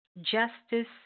justice